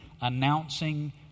announcing